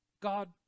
God